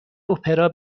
اپرا